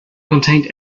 contained